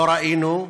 לא ראינו,